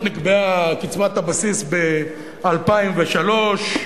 הבסיס נקבעה ב-2003,